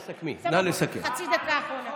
חצי דקה אחרונה.